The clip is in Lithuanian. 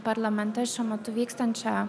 parlamente šiuo metu vykstančia